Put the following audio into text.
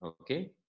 Okay